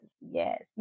Yes